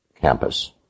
campus